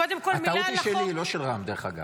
הטעות היא שלי, לא של רם, דרך אגב.